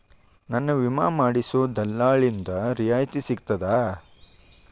ನನ್ನ ವಿಮಾ ಮಾಡಿಸೊ ದಲ್ಲಾಳಿಂದ ರಿಯಾಯಿತಿ ಸಿಗ್ತದಾ?